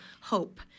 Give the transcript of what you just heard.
hope